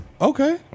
okay